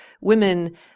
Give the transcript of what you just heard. Women